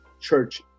church